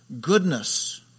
goodness